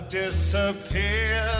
disappear